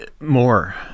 More